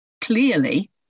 clearly